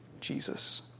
Jesus